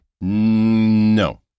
No